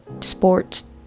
Sports